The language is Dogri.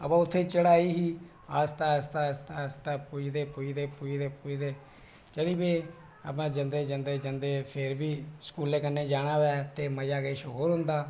अवो उत्थै चढ़ाई ही आस्ता आस्ता आस्ता फ्ही उत्थै पुजदे पुजदे चली पे अपना जंदे जंदे फिर बी स्कूले कन्नै जाना होऐ ते मजा किश होर होंदा